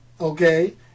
okay